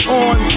on